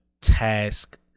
task